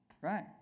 Right